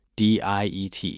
diet